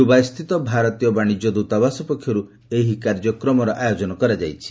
ଦୁବାଇସ୍ଥିତ ଭାରତୀୟ ବାଣିଜ୍ୟ ଦୂତାବାସ ପକ୍ଷରୁ ଏହି କାର୍ଯ୍ୟକ୍ରମର ଆୟୋଜନ କରାଯାଇଛି